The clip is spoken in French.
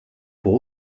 pour